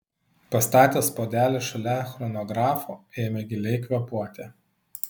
pastatęs puodelį šalia chronografo ėmė giliai kvėpuoti